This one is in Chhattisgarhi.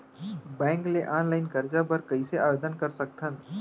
बैंक ले ऑनलाइन करजा बर कइसे आवेदन कर सकथन?